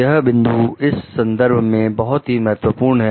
यह बिंदु इस संदर्भ में बहुत ही महत्वपूर्ण है